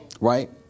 Right